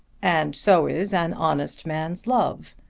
and so is an honest man's love.